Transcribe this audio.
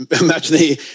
imagine